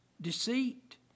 deceit